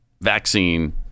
vaccine